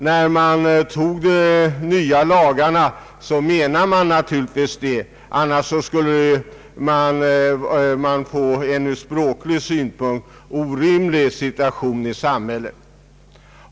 När man fattar beslut om nya lagar menar man naturligtvis att de nya beteckningarna skall användas, annars skulle man få en ur språklig synpunkt orimlig situation i samhället.